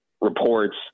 reports